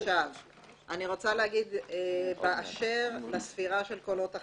אני רוצה להגיד באשר לספירה של קולות החיילים.